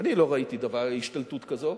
אני לא ראיתי השתלטות כזאת.